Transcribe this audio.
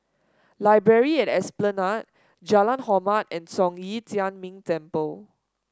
Library at Esplanade Jalan Hormat and Zhong Yi Tian Ming Temple